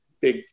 big